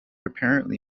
apparently